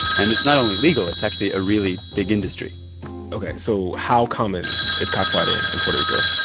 and it's not only legal it's actually a really big industry ok. so how common is cockfighting in puerto rico?